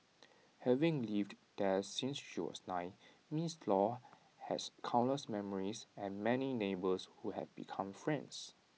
having lived there since she was nine miss law has countless memories and many neighbours who have become friends